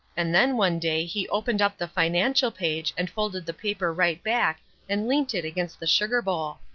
and then one day he opened up the financial page and folded the paper right back and leant it against the sugar-bowl.